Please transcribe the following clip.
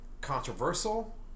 controversial